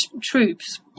troops